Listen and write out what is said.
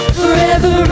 forever